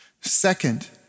Second